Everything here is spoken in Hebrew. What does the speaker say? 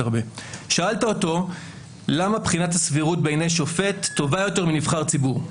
שאלת אותו למה בחינת הסבירות בעיני שופט טובה יותר מנבחר ציבור.